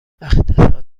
اقتصاد